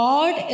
God